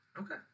Okay